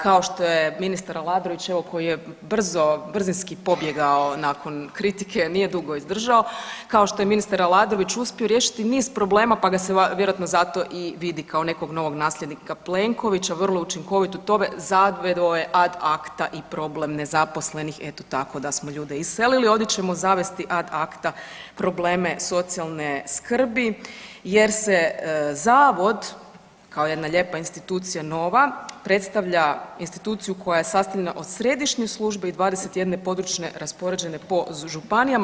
Kao što je ministar Aladrović, evo koji je brzo, brzinski pobjegao nakon kritike, nije dugo izdržao, kao što je ministar Aladrović uspio riješiti niz problema, pa ga se vjerojatno zato i vidi kao nekog novog nasljednika Plenkovića, vrlo učinkovit u tome, … [[Govornik se ne razumije]] ad acta i problem nezaposlenih i eto tako da smo ljude iselili, ovdje ćemo zavesti ad acta probleme socijalne skrbi jer se zavod kao jedna lijepa institucija nova predstavlja instituciju koja je sastavljena od središnjih službi i 21 područne raspoređene po županijama.